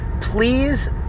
please